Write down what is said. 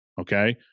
Okay